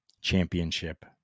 championship